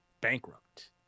bankrupt